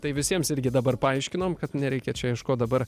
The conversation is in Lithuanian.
tai visiems irgi dabar paaiškinom kad nereikia čia ieškot dabar